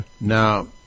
Now